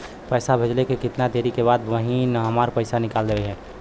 पैसा भेजले के कितना देरी के बाद बहिन हमार पैसा निकाल लिहे?